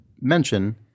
mention